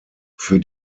für